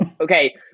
Okay